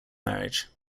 marriage